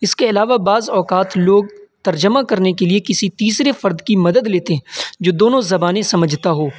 اس کے علاوہ بعض اوقات لوگ ترجمہ کرنے کے لیے کسی تیسرے فرد کی مدد لیتے ہیں جو دونوں زبانیں سمجھتا ہو